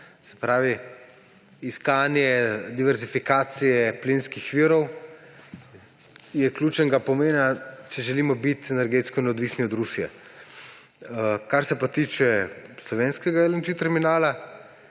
Se pravi, iskanje diverzifikacije plinskih virov je ključnega pomena, če želimo biti energetsko neodvisni od Rusije. Kar se tiče slovenskega terminala